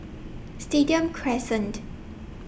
Stadium Crescent